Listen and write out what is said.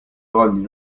قالی